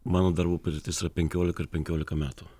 mano darbo patirtis yra penkiolika ir penkiolika metų